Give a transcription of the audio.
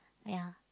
ya